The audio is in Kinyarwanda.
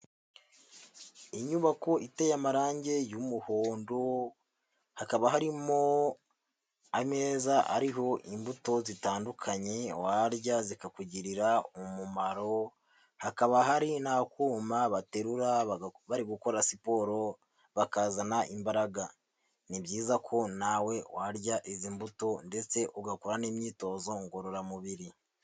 Inyubako iteye amarange y'umuhondo, hakaba harimo ameza ariho imbuto zitandukanye warya zikakugirira umumaro, hakaba hari n'akuma baterura bari gukora siporo bakazana imbaraga. Ni byiza ko nawe warya izi mbuto ndetse ugakora n'imyitozo ngororamubiri.